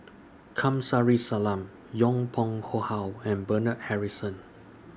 Kamsari Salam Yong Pung How and Bernard Harrison